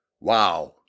wow